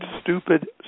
stupid